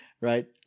Right